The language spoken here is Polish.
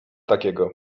takiego